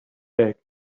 bag